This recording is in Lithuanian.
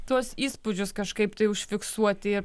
tuos įspūdžius kažkaip tai užfiksuoti